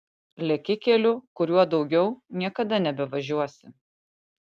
leki keliu kuriuo daugiau niekada nebevažiuosi